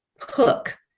hook